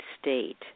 state